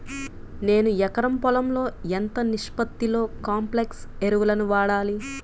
నేను ఎకరం పొలంలో ఎంత నిష్పత్తిలో కాంప్లెక్స్ ఎరువులను వాడాలి?